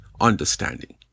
understanding